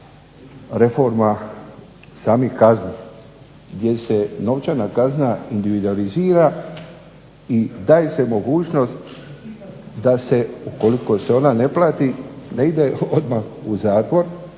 reforma samih kazni gdje se novčana kazna individualizira i daje se mogućnost da se, ukoliko se ona ne plati ne ide odmah u zatvor,